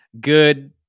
good